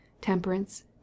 TEMPERANCE